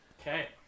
Okay